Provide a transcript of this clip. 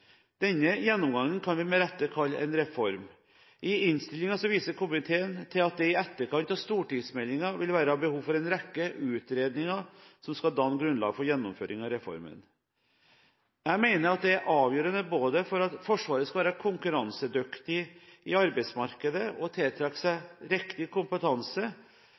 Denne gjennomgangen kan vi med rette kalle en reform. I innstillingen viser komiteen til at det i etterkant av stortingsmeldingen vil være behov for en rekke utredninger som skal danne grunnlag for gjennomføring av reformen. Jeg mener det er avgjørende for at Forsvaret skal være konkurransedyktig i arbeidsmarkedet og tiltrekke seg riktig kompetanse,